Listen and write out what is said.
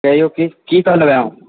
कहियौ की सब लेबै अहाँ